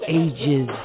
ages